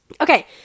okay